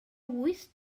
wyth